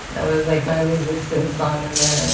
that was like my resistance song in there.